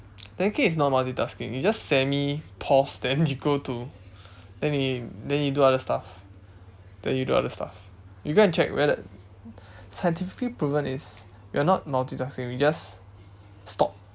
technically it's not multitasking you just semi pause then you go do then you then you do other stuff then you do other stuff you go and check whether scientifically proven it's we are not multitasking we just stop